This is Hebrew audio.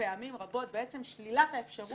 רק שלילת מימון אלא בעצם שלילת האפשרות